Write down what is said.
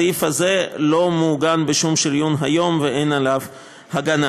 היום הסעיף הזה לא מעוגן בשום שריון ואין עליו הגנה.